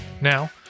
Now